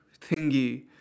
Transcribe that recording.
thingy